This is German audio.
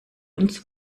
ins